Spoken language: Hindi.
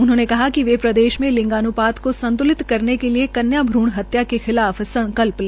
उन्होंने कहा कि वे प्रदेश में लिंगान्पात को संत्लित करने के लिए कन्या भ्रूण हत्या के खिलाफ संकल्प ले